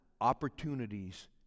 opportunities